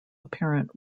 apparent